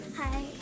Hi